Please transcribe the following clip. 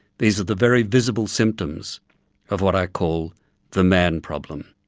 these are the very visible symptoms of what i call the man problem.